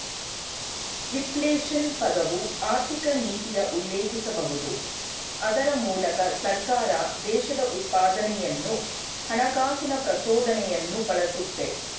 reflation ಪದವು ಆರ್ಥಿಕನೀತಿಯ ಉಲ್ಲೇಖಿಸಬಹುದು ಅದ್ರ ಮೂಲಕ ಸರ್ಕಾರ ದೇಶದ ಉತ್ಪಾದನೆಯನ್ನು ಹಣಕಾಸಿನ ಪ್ರಚೋದನೆಯನ್ನು ಬಳಸುತ್ತೆ